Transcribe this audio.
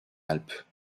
alpes